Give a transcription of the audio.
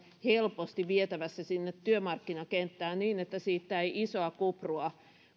helposti vietävissä sinne työmarkkinakenttään niin että siitä ei isoa kuprua